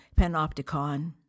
panopticon